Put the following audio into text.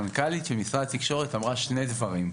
המנכ"לית ממשרד התקשורת אמרה שני דברים.